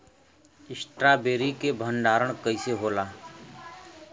Strawberry के भंडारन कइसे होला?